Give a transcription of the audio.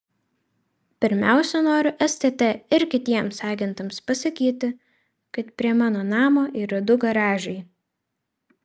pirmiausia noriu stt ir kitiems agentams pasakyti kad prie mano namo yra du garažai